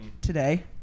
today